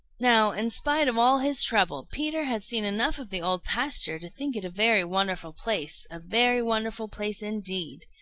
now, in spite of all his trouble, peter had seen enough of the old pasture to think it a very wonderful place, a very wonderful place indeed.